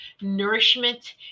nourishment